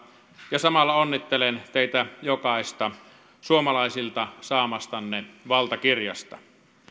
ja samalla onnittelen teitä jokaista suomalaisilta saamastanne valtakirjasta